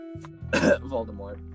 Voldemort